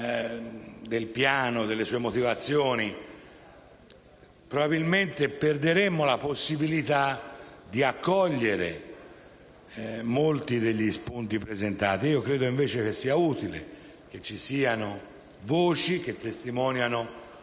del piano e delle sue motivazioni, probabilmente perderemmo la possibilità di accogliere molti degli spunti emersi, mentre credo sia utile che ci siano voci che testimoniano